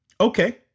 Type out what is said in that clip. Okay